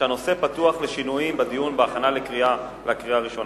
שהנושא פתוח לשינויים בדיון בהכנה לקריאה הראשונה.